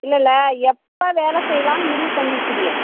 இல்லைல்ல எப்போ வேலை செய்லாம்ன்னு முடிவு பண்ணியிருக்கீங்க